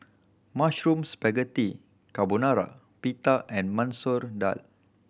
Mushroom Spaghetti Carbonara Pita and Masoor Dal